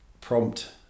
prompt